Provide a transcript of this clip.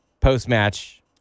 Post-match